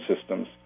systems